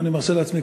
אני מרשה לעצמי,